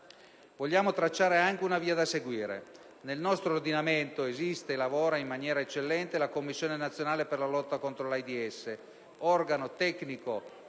Vogliamo tracciare anche la via da seguire; nel nostro ordinamento esiste e lavora in maniera eccellente la Commissione nazionale per la lotta conto l'AIDS, organo tecnico